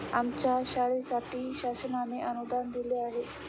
आमच्या शाळेसाठी शासनाने अनुदान दिले आहे